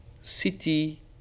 city